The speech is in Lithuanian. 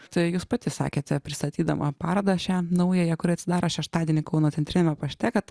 tai jūs pati sakėte pristatydama parodą šią naująją kur atsidaro šeštadienį kauno centriniame pašte kad